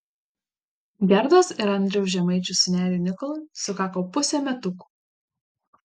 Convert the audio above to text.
gerdos ir andriaus žemaičių sūneliui nikolui sukako pusė metukų